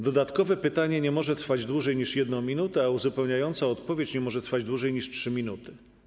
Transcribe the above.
Dodatkowe pytanie nie może trwać dłużej niż 1 minutę, a uzupełniająca odpowiedź nie może trwać dłużej niż 3 minuty.